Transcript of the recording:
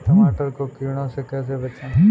टमाटर को कीड़ों से कैसे बचाएँ?